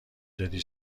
دادی